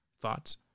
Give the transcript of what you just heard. thoughts